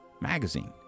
Magazine